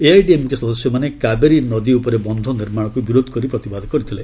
ଏଆଇଏଡିଏମ୍କେ ସଦସ୍ୟମାନେ କାବେରୀ ନଦୀ ଉପରେ ବନ୍ଧ ନିର୍ମାଣକୁ ବିରୋଧ କରି ପ୍ରତିବାଦ କରିଥିଲେ